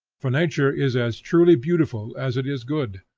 for nature is as truly beautiful as it is good,